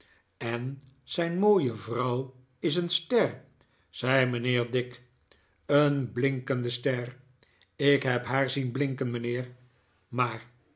en zijn mooie vrouw is een ster zei mijnheer dick een blinkende ster ik heb haar zien blinken mijnheer maar